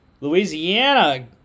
Louisiana